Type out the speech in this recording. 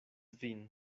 vin